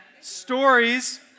stories